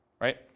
right